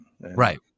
Right